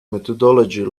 methodology